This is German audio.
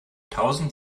tausend